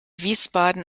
wiesbaden